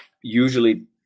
usually